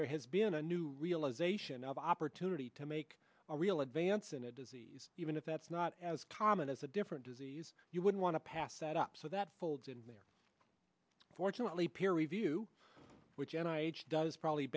there has been a new realization of opportunity to make a real advance in a disease even if that's not as common as a different disease you would want to pass that up so that folds in there fortunately peer review which an eye does probably